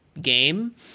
game